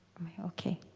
um how? ok.